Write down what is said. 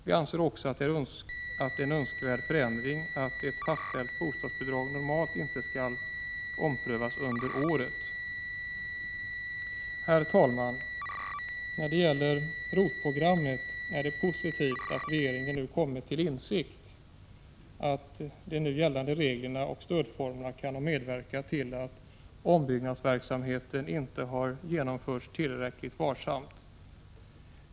Vi anser också att det är en önskvärd förändring att ett fastställt bostadsbidrag normalt inte skall omprövas under året. Herr talman! När det gäller ROT-programmet är det positivt att regeringen nu kommit till insikt om att de gällande reglerna och stödformerna kan ha medverkat till att ombyggnadsverksamheten inte har genomförts tillräckligt varsamt.